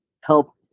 help